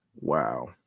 Wow